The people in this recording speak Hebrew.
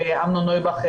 אמנון נויבך,